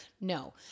no